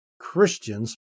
Christians